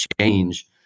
change